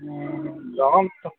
हूँ जहन तऽ